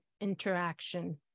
interaction